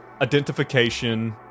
identification